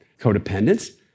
codependence